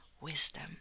wisdom